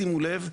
שימו לב,